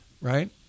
Right